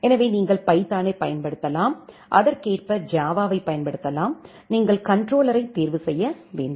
எனவே நீங்கள் பைத்தானைப் பயன்படுத்தலாம் அதற்கேற்ப ஜாவாவைப் பயன்படுத்தலாம் நீங்கள் கண்ட்ரோலர்ரையைத் தேர்வு செய்ய வேண்டும்